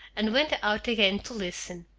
and went out again to listen.